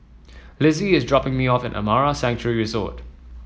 Lizzie is dropping me off at Amara Sanctuary Resort